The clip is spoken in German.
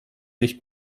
nicht